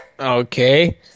Okay